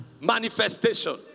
manifestation